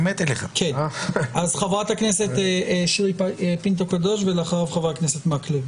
אז חברת הכנסת שירלי פינטו קדוש ואחריה חבר הכנסת מקלב,